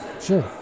sure